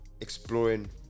exploring